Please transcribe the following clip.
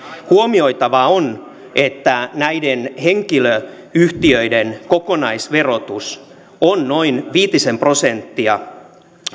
huomioitava on että näiden henkilöyhtiöiden kokonaisverotus on viitisen prosenttia